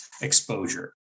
exposure